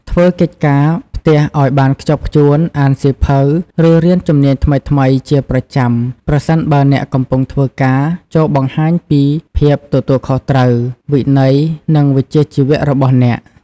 ធ្វើកិច្ចការផ្ទះឱ្យបានខ្ជាប់ខ្ជួន អានសៀវភៅ ឬរៀនជំនាញថ្មីៗជាប្រចាំប្រសិនបើអ្នកកំពុងធ្វើការ ចូរបង្ហាញពី ភាពទទួលខុសត្រូវ វិន័យ និងវិជ្ជាជីវៈ របស់អ្នក ។